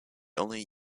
only